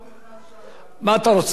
מה אתה רוצה, לפניו או אחריו?